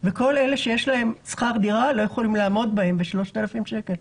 וכל אלה שיש להם שכר דירה לא יכולים לעמוד בזה עם 3,000 שקל.